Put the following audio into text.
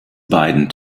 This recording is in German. beiden